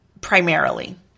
primarily